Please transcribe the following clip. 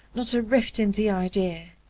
not a rift in the idea.